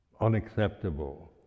unacceptable